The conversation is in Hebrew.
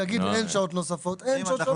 הוא יגיד אין שעות נוספות, אין שעות שבת.